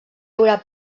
haurà